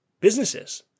businesses